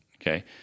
Okay